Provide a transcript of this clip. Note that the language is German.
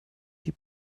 die